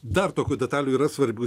dar tokių detalių yra svarbių